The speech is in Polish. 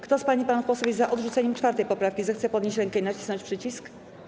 Kto z pań i panów posłów jest za odrzuceniem 4. poprawki, zechce podnieść rękę i nacisnąć przycisk.